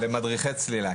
למדריכי צלילה.